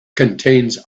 contains